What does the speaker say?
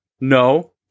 No